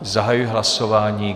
Zahajuji hlasování.